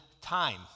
time